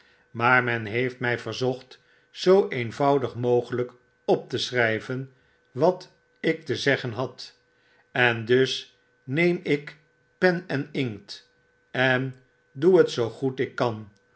maar men heeft mg verzocht zoo eenvoudig mogeljjk op te schrijven wat ik te zeggen had en dus neem ik pen en inkt en doe het zoo goed ik kan